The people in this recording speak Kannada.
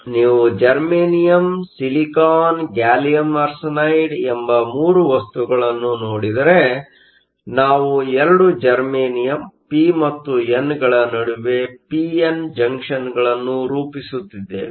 ಆದ್ದರಿಂದ ನೀವು ಜರ್ಮೇನಿಯಮ್ ಸಿಲಿಕಾನ್ ಗ್ಯಾಲಿಯಮ್ ಆರ್ಸೆನೈಡ್ ಎಂಬ 3 ವಸ್ತುಗಳನ್ನು ನೋಡಿದರೆ ನಾವು 2 ಜೆರ್ಮೇನಿಯಮ್ ಪಿ ಮತ್ತು ಎನ್ಗಳ ನಡುವೆ ಪಿ ಎನ್ ಜಂಕ್ಷನ್Junctionಗಳನ್ನು ರೂಪಿಸುತ್ತಿದ್ದೇವೆ